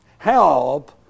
Help